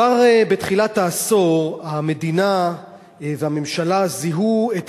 כבר בתחילת העשור המדינה והממשלה זיהו את